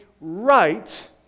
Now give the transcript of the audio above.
right